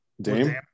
Dame